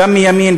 גם מימין,